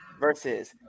versus